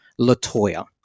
LaToya